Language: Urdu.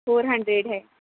فور ہنڈریڈ ہے